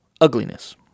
ugliness